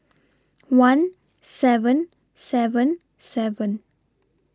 one seven seven seven